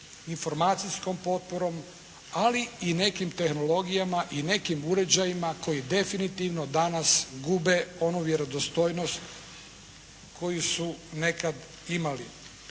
informacijskom potporom, ali i nekim tehnologijama i nekim uređajima koji definitivno danas gube onu vjerodostojnost koju su nekad imali.